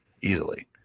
Easily